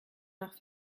nach